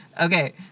Okay